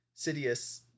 Sidious